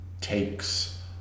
takes